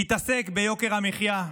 תתעסק ביוקר המחיה,